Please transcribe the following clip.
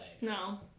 No